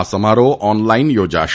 આ સમારોહ ઓનલાઇન યોજાશે